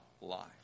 life